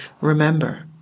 remember